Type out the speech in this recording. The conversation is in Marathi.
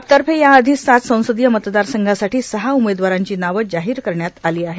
आपतर्फे या आधीच सात संसदीय मतदारसंघांसाठी सहा उमेदवारांची नावं जाहीर करण्यात आली आहेत